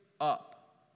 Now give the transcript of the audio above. up